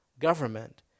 government